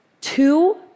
Two